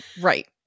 Right